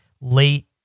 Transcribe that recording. late